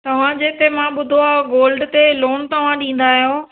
तव्हांजे हिते मां ॿुधो आहे गोल्ड ते लोन तव्हां ॾींदा आहियो